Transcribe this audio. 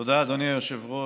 תודה, אדוני היושב-ראש.